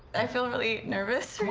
i feel really nervous.